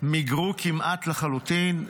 מיגרו כמעט לחלוטין.